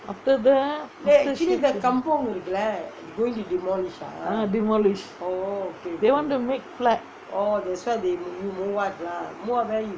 after that ah demolish they want to make flat